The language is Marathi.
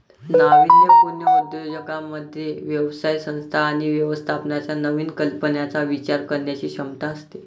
नाविन्यपूर्ण उद्योजकांमध्ये व्यवसाय संस्था आणि व्यवस्थापनाच्या नवीन कल्पनांचा विचार करण्याची क्षमता असते